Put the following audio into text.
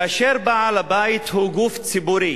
כאשר בעל-הבית הוא גוף ציבורי,